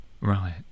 Right